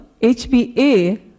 HbA